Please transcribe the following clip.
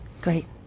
great